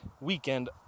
weekend